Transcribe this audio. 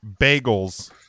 bagels